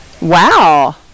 Wow